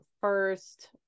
first